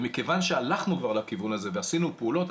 מכיוון שהלכנו כבר לכיוון הזה ועשינו פעולות,